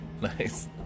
Nice